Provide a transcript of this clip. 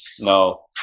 No